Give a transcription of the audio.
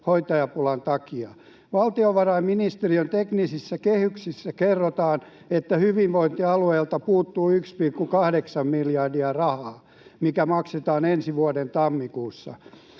hoitajapulan takia. Valtiovarainministeriön teknisissä kehyksissä kerrotaan, että hyvinvointialueilta puuttuu 1,8 miljardia rahaa, mikä maksetaan ensi vuoden tammikuussa.